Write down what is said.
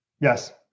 yes